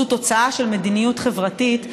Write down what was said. וזה תוצאה של מדיניות חברתית,